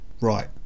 Right